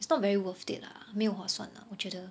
it's not very worth it lah 没有划算 lah 我觉得